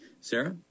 Sarah